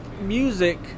music